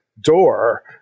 door